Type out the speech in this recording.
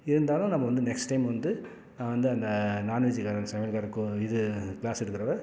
இருந்தாலும் நம்ம வந்து நெக்ஸ்ட் டைம் வந்து நான் வந்து அந்த நாண்வெஜ்ஜு சமையல்கார கூ இது க்ளாஸ் எடுக்கிறவர்